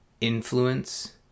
influence